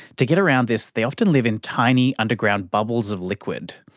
to get around this, they often live in tiny underground bubbles of liquid.